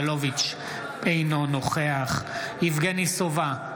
אינו נוכח יואב סגלוביץ' אינו נוכח יבגני סובה,